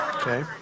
Okay